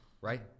right